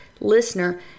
listener